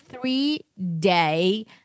three-day